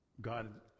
God